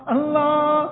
Allah